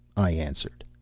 i answered,